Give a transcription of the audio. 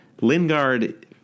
Lingard